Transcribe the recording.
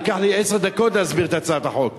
ייקח לי עשר דקות להסביר את הצעת החוק.